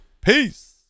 peace